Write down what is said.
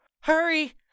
Hurry